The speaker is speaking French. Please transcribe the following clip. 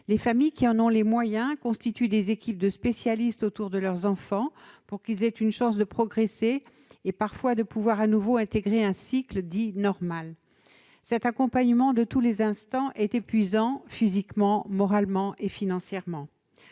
les familles qui en ont les moyens constituent des équipes de spécialistes autour de leurs enfants, afin qu'ils aient une chance de progresser et, parfois, de pouvoir à nouveau intégrer un cycle dit normal. Cet accompagnement de tous les instants est épuisant, physiquement, moralement et financièrement.